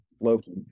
Loki